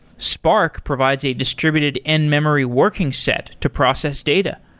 spark provides a distributed end-memory working set to process data.